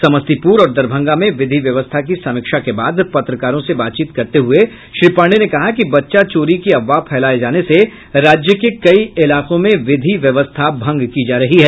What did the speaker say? समस्तीपुर और दरभंगा में विधि व्यवस्था की समीक्षा के बाद पत्रकारों से बातचीत करते हुए श्री पांडेय ने कहा कि बच्चा चोरी की अफवाह फैलाये जाने से राज्य के कई इलाकों में विधि व्यवस्था भंग की जा रही है